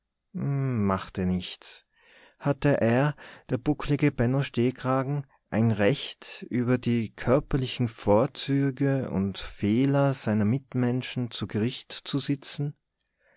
machte nichts hatte er der bucklige benno stehkragen ein recht über die körperlichen vorzüge und fehler seiner mitmenschen zu gericht zu sitzen